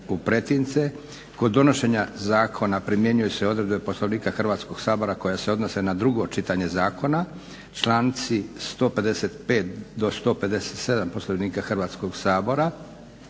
u pretince. Kod donošenja zakona primjenjuju se odredbe Poslovnika Hrvatskog sabora koje se odnose na drugo čitanje zakona, članci 155. do 157. Poslovnika Hrvatskog sabora.